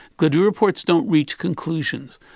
gladue reports don't reach conclusions.